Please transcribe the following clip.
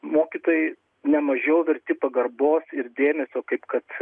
mokytojai ne mažiau verti pagarbos ir dėmesio kaip kad